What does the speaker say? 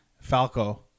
Falco